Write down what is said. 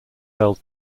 held